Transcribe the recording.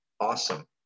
Awesome